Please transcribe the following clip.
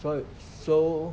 so so